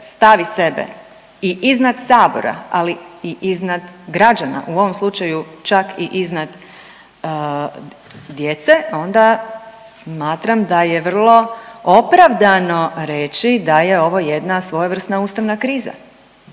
stavi sebe i iznad Sabora, ali i iznad građana, u ovom slučaju čak i iznad djece onda smatram da je vrlo opravdano reći da je ovo jedna svojevrsna ustavna kriza.